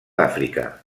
àfrica